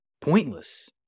pointless